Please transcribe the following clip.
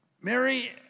Mary